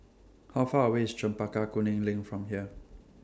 How Far away IS Chempaka Kuning LINK from here